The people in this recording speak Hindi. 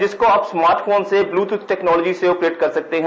जिसको आप स्मार्टफोन से ब्लूटूथ टेक्नोलॉजी से आपरेट कर सकते हैं